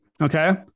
Okay